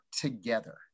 together